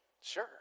sure